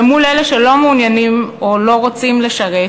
ומול אלה שלא מעוניינים או לא רוצים לשרת,